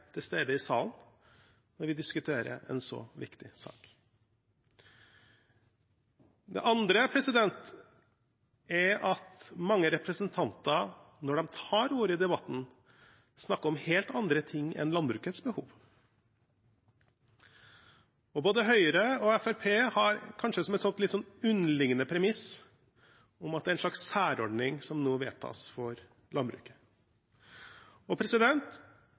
til stede i salen når vi diskuterer en så viktig sak. Det andre er at mange representanter, når de tar ordet i debatten, snakker om helt andre ting enn landbrukets behov. Både Høyre og Fremskrittspartiet har kanskje som et litt underliggende premiss at det er en slags særordning som nå vedtas for landbruket. Det premisset er helt riktig. Det er en særfordel landbruket nå får, og